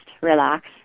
relax